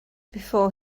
before